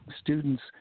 students